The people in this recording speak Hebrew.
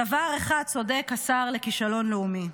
בדבר אחד צודק השר לכישלון לאומי.